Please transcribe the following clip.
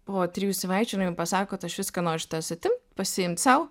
po trijų savaičių jinai man pasako kad aš viską noriu iš tavęs atimt pasiimt sau